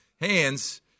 hands